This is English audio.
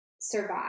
survive